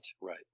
right